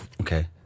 okay